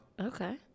Okay